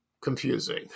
confusing